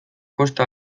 kosta